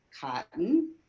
cotton